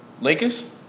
Lakers